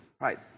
right